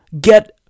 get